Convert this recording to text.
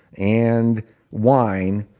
and wine,